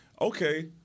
okay